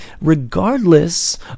Regardless